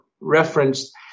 referenced